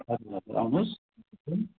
हजुर हजुर आउनुहोस्